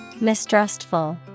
Mistrustful